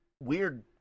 weird